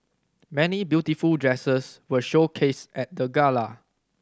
many beautiful dresses were showcased at the gala